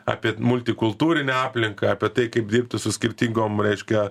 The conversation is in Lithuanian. apie multikultūrinę aplinką apie tai kaip dirbti su skirtingom reiškia